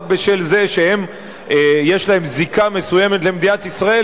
רק בשל זה שיש להם זיקה מסוימת למדינת ישראל,